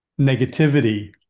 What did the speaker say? negativity